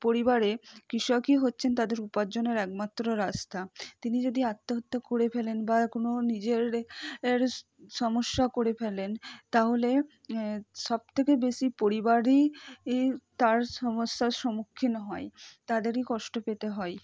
পরিবারে কৃষকই হচ্ছেন তাদের উপার্জনের একমাত্র রাস্তা তিনি যদি আত্মহত্যা করে ফেলেন বা কোনো নিজের এর সমস্যা করে ফেলেন তাহলে সবথেকে বেশি পরিবারই তার সমস্যার সম্মুখীন হয় তাদেরই কষ্ট পেতে হয়